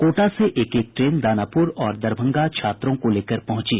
कोटा से एक एक ट्रेन दानापुर और दरभंगा छात्रों को लेकर पहुंची